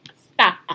Stop